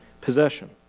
possession